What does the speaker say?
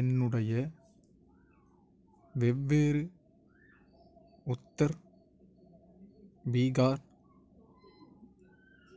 என்னுடைய வெவ்வேறு உத்தர் பீகார்